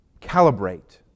calibrate